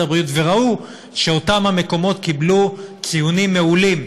הבריאות וראו שאותם בתי-אבות קיבלו ציונים מעולים.